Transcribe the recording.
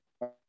Yes